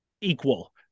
equal